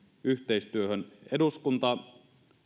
yhteistyöhön eduskunta